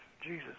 Jesus